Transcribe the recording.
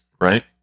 right